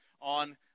on